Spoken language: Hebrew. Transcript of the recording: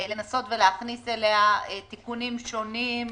לנסות ולהכניס אליה תיקונים שונים,